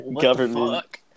government